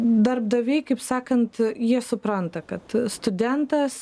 darbdaviai kaip sakant jie supranta kad studentas